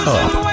up